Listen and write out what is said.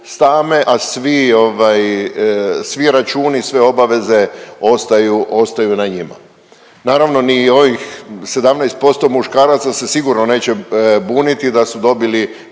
svi računi i sve obaveze ostaju, ostaju na njima. Naravno ni ovih 17% muškaraca se sigurno neće buniti da su dobili